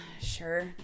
Sure